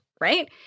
right